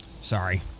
Sorry